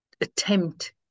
attempt